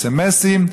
סמ"סים,